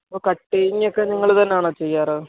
അപ്പം കട്ടിങ്ങൊക്കെ നിങ്ങൾ തന്നെയാണോ ചെയ്യാറ്